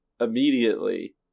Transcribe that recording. Immediately